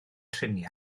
triniaeth